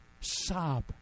sob